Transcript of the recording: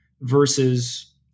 versus